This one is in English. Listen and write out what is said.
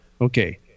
Okay